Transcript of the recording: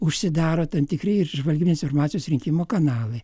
užsidaro tam tikri ir žvalgybinės informacijos rinkimo kanalai